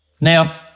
Now